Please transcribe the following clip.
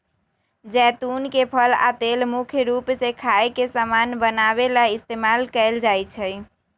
जैतुन के फल आ तेल मुख्य रूप से खाए के समान बनावे ला इस्तेमाल कएल जाई छई